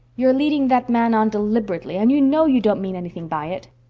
you are leading that man on deliberately and you know you don't mean anything by it.